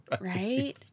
right